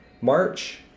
March